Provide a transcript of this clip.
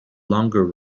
longer